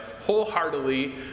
wholeheartedly